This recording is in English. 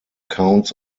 counts